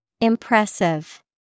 Impressive